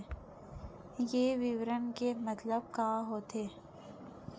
ये विवरण के मतलब का होथे?